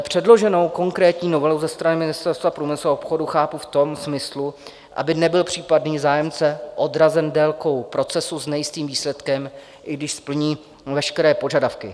Předloženou konkrétní novelu ze strany Ministerstva průmyslu a obchodu chápu v tom smyslu, aby nebyl případný zájemce odrazen délkou procesu s nejistým výsledkem, i když splní veškeré požadavky.